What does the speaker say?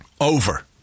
Over